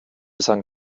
sein